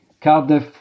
Cardiff